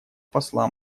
посла